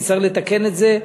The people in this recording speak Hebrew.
נצטרך לתקן את זה.